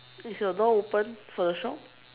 is your door open for the shop